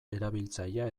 erabiltzailea